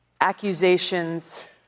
Accusations